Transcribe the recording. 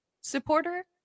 supporter